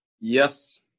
Yes